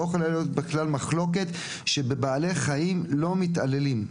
לא יכולה להיות בכלל מחלוקת שבבעלי חיים לא מתעללים.